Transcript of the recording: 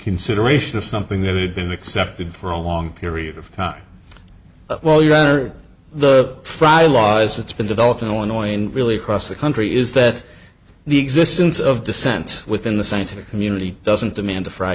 consideration of something that had been accepted for a long period of time well your honor the friday law as it's been developed in illinois and really across the country is that the existence of dissent within the scientific community doesn't demand a fry